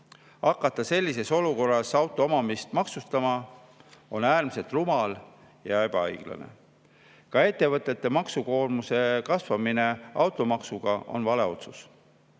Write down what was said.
Hakata sellises olukorras auto omamist maksustama on äärmiselt rumal ja ebaõiglane. Ka ettevõtete maksukoormuse kasvatamine automaksuga on vale otsus.